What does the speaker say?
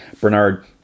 Bernard